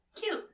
Cute